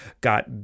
got